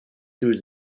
through